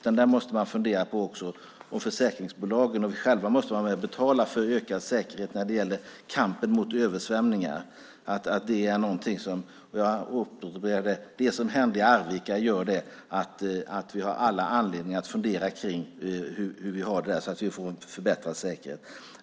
Man måste fundera på om inte också försäkringsbolagen och vi själva måste vara med och betala för en ökad säkerhet när det gäller kampen mot översvämningar. Det som hände i Arvika gör att vi alla har anledning att fundera på hur vi har det med tanke på detta med att få en förbättrad säkerhet.